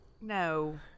No